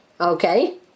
Okay